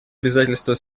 обязательство